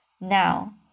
now